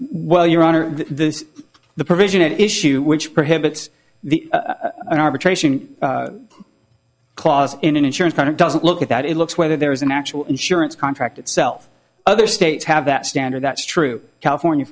well your honor this the provision at issue which prohibits the an arbitration clause in an insurance plan it doesn't look at that it looks whether there is an actual insurance contract itself other states have that standard that's true california